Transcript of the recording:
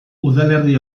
udalerri